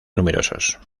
numerosos